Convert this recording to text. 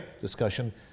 discussion